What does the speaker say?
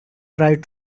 tried